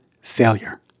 failure